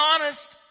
honest